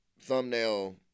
thumbnail